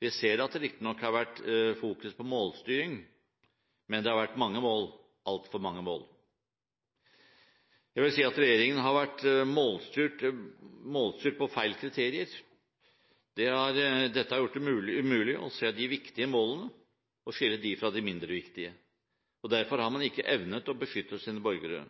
Vi ser at man riktignok har fokusert på målstyring, men det har vært mange mål, altfor mange mål. Det at regjeringen har vært målstyrt på feil kriterier har gjort det umulig å se de viktige målene og skille dem fra de mindre viktige. Derfor har man ikke evnet å beskytte sine borgere.